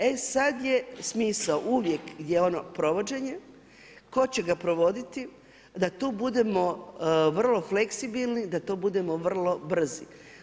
E sad je smisao, uvijek je ono provođenje, tko će ga provoditi, da tu budemo vrlo fleksibilni, da tu budemo vrlo brzi.